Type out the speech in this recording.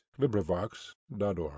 LibriVox.org